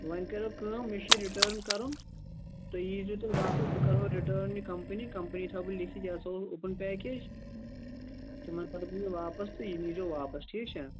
وۅنۍ کرو کٲم مےٚ چھِ یہِ رِٹٲرٕن کَرُن تُہۍ ییِزیٖو تیٚلہِ واپس بہٕ کرہَو رِٹارٕن یہِ کمپٔنۍ کمپٔنی تھٲو بہٕ لیٚکھِتھ یہِ ہسا اوس اوٚپُن یکیج تِمن پاوٕ بہٕ یہِ واپس تہِ یہِ نیٖزیٚو واپس ٹھیٖک چھا